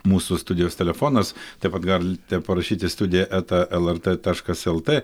mūsų studijos telefonas taip pat galite parašyti studija eta lrt taškas lt